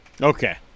Okay